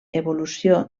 evolució